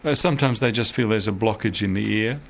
ah sometimes they just feel there's a blockage in the ear,